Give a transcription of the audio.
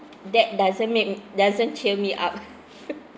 that doesn't make doesn't cheer me up